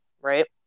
right